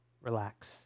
relax